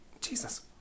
Jesus